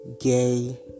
gay